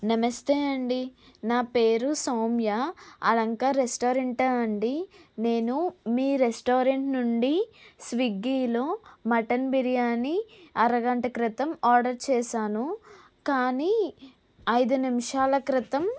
నమస్తే అండి నా పేరు సౌమ్య అలంక రెస్టారెంటా అండి నేను మీ రెస్టారెంట్ నుండి స్విగ్గీలో మటన్ బిర్యానీ అరగంట క్రితం ఆర్డర్ చేశాను కానీ ఐదు నిమిషాల క్రితం